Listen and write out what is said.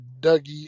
Dougie